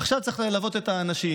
עכשיו צריך ללוות את האנשים,